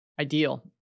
ideal